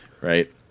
Right